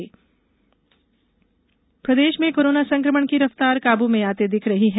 corona प्रदेश प्रदेश में कोरोना संक्रमण की रफ्तार काबू में आते दिख रही है